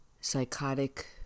psychotic